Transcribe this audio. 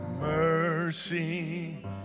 Mercy